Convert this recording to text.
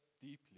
deeply